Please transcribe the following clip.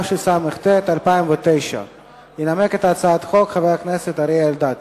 התשס"ט 2009. ינמק את הצעת החוק חבר הכנסת אריה אלדד.